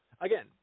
again